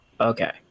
okay